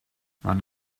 man